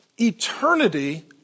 Eternity